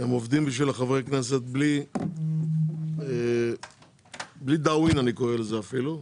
והם עובדים בשביל חברי הכנסת בלי דאווין אני קורא לזה אפילו.